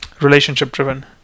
relationship-driven